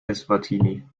eswatini